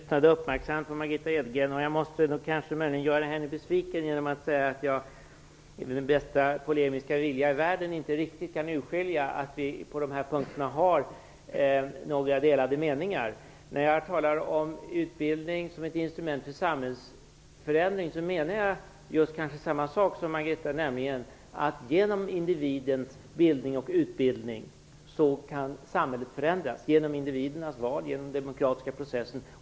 Herr talman! Jag lyssnade uppmärksamt på Margitta Edgren, och jag måste kanske göra henne besviken genom att säga att jag med bästa polemiska vilja i världen inte riktigt kan urskilja att vi på de här punkterna har några delade meningar. När jag talar om utbildning som ett instrument för samhällsförändring menar jag kanske just samma sak som Margitta Edgren, nämligen att genom individens bildning och utbildning kan samhället förändras - genom individernas val, genom den demokratiska processen.